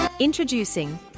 Introducing